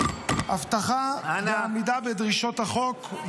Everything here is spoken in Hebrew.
אבטחה ועמידה בדרישות החוק.